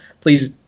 please